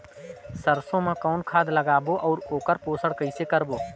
सरसो मा कौन खाद लगाबो अउ ओकर पोषण कइसे करबो?